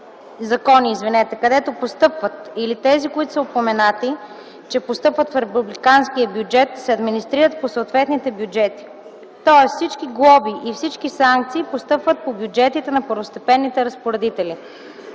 закони, където постъпват или тези, които са упоменати, че постъпват в републиканския бюджет, се администрират по съответните бюджети. Тоест всички глоби и всички санкции постъпват по бюджетите на първостепенните разпоредители.